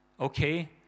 okay